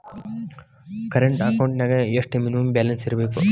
Current ಅಕೌಂಟೆಂನ್ಯಾಗ ಎಷ್ಟ minimum balance ಇರ್ಬೇಕು?